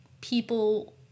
people